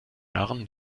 jahren